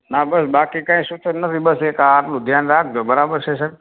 ના બસ બાકી કાંઈ સૂચન નથી બસ એક આ આટલું ધ્યાન રાખજો બરાબર છે સાહેબ